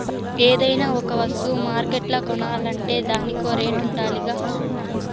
ఏదైనా ఒక వస్తువ మార్కెట్ల కొనాలంటే దానికో రేటుండాలిగా